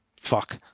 fuck